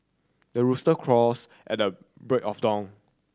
the rooster crows at the break of the own